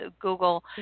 Google